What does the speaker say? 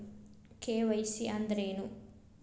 KYC ಅಂದ್ರೇನು?